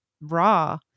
raw